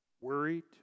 worried